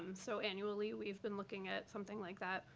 um so annually, we've been looking at something like that.